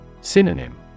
Synonym